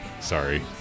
Sorry